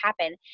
happen